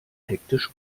hektisch